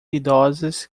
idosas